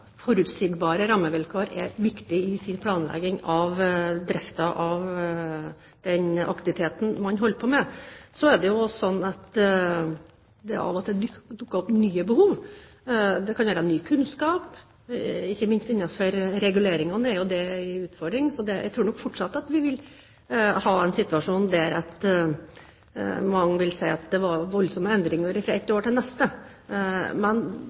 forutsigbare rammevilkår er viktig i planleggingen av driften av den aktiviteten man holder på med. Så dukker det av og til opp nye behov. Det kan være ny kunnskap, og ikke minst innenfor reguleringene er jo det en utfordring. Jeg tror nok fortsatt at vi vil ha en situasjon der man vil si at det er voldsomme endringer fra et år til det neste,